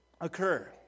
occur